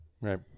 Right